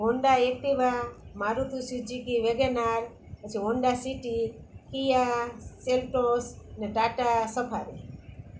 Honda Activa Maruti Suzuki WagonR પછી Honda City Kia Seltos ને Tata safari